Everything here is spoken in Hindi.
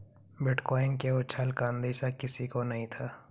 बिटकॉइन के उछाल का अंदेशा किसी को नही था